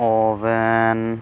oven